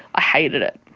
hated it.